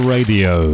Radio